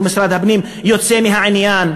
ומשרד הפנים יוצא מהעניין.